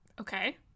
Okay